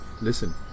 listen